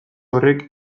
horrek